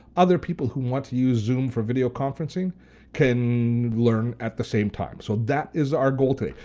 other people who want to use zoom for video conferencing can learn at the same time. so that is our goal today.